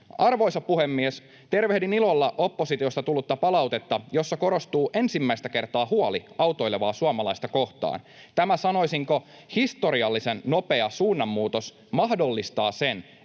Arvoisa puhemies! Tervehdin ilolla oppositiosta tullutta palautetta, jossa korostuu ensimmäistä kertaa huoli autoilevaa suomalaista kohtaan. Tämä sanoisinko historiallisen nopea suunnanmuutos mahdollistaa sen,